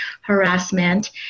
harassment